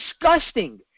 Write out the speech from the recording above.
disgusting